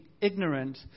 ignorant